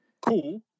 Cool